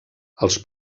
els